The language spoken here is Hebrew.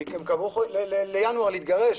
וקבעו להתגרש בינואר.